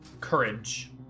Courage